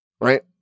right